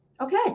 Okay